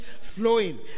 flowing